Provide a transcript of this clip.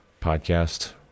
podcast